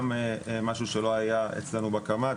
גם משהו שלא היה אצלנו בקמ"ט,